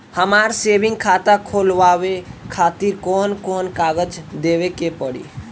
हमार सेविंग खाता खोलवावे खातिर कौन कौन कागज देवे के पड़ी?